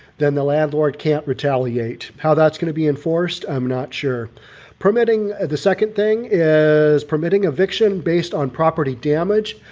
then the landlord can't retaliate. how that's going to be enforced. i'm not sure permitting. the second thing is permitting eviction based on property damage,